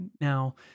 Now